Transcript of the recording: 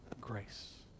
Grace